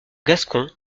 gascon